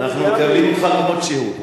אנחנו מקבלים אותך כמות שהוא.